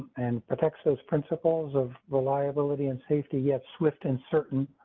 and protects those principles of reliability and safety. yes. swift and certain.